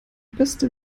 beste